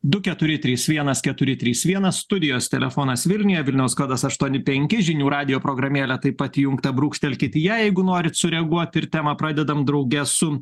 du keturi trys vienas keturi trys vienas studijos telefonas vilniuje vilniaus kodas aštuoni penki žinių radijo programėlė taip pat įjungta brūkštelkit į ją jeigu norit sureaguot ir temą pradedam drauge su